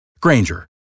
Granger